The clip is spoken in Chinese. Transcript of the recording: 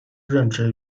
任职